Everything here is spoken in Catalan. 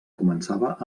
començava